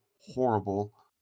horrible